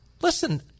Listen